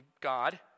God